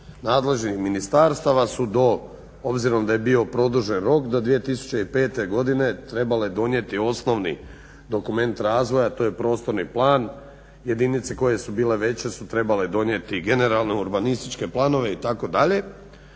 nadležnih ministarstava su do, obzirom da je bio produžen rok do 2005. godine trebale donijeti osnovni dokument razvoja. To je prostorni plan. Jedinice koje su bile veće su trebale donijeti generalne urbanističke planove itd.